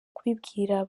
kubibwira